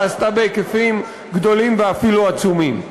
ועשתה בהיקפים גדולים ואפילו עצומים.